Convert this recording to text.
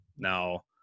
Now